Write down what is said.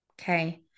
Okay